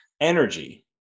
energy